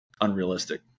unrealistic